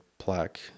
plaque